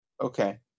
Okay